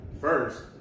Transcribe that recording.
first